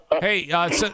Hey